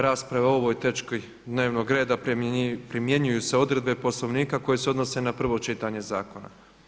rasprave o ovoj točki dnevnog reda primjenjuju se odredbe Poslovnika koje se odnose na prvo čitanje zakona.